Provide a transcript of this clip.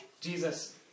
Jesus